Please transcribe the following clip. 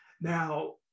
Now